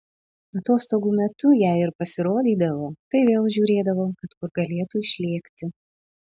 atostogų metu jei ir pasirodydavo tai vėl žiūrėdavo kad kur galėtų išlėkti